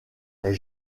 est